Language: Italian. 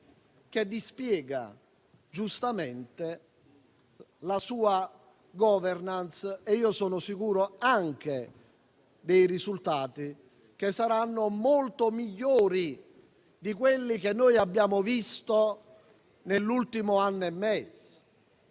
che dispiega la sua *governance* e io sono sicuro che i risultati saranno molto migliori di quelli che abbiamo visto nell'ultimo anno e mezzo